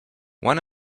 one